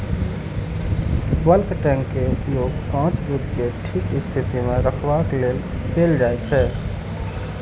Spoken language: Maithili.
बल्क टैंक के उपयोग कांच दूध कें ठीक स्थिति मे रखबाक लेल कैल जाइ छै